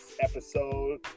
episode